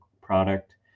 product